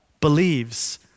believes